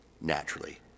naturally